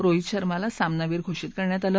रोहित शर्माला सामनावीर घोषित करण्यात आलं